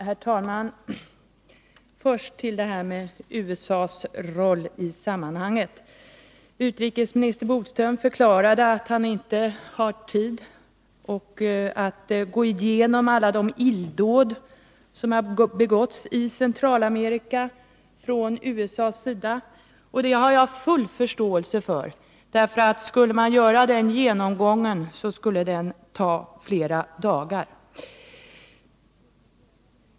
Herr talman! Först några ord om USA:s roll i sammanhanget. Utrikesminister Bodström förklarade att han inte haft tid att gå igenom alla de illdåd som begåtts i Centralamerika från USA:s sida. Det har jag full förståelse för, därför att skulle man göra den genomgången, skulle det ta flera dagar.